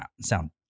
sound